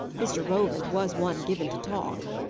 mr. roland was one given to talk.